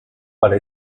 para